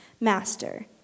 Master